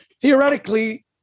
theoretically